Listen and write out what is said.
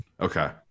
Okay